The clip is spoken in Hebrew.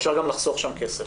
אפשר גם לחסוך שם כסף.